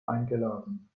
eingeladen